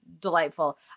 delightful